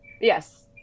yes